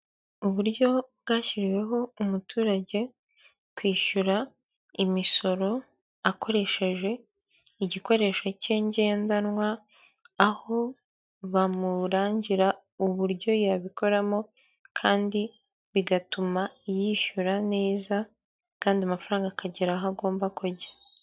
Uburyo bwashyiriweho umuturage kwishyura imisoro akoresheje igikoresho cye ngendanwa, aho bamurangira uburyo yabikoramo kandi bigatuma yishyura neza kandi amafaranga akagera aho agomba kujya.